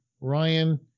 Ryan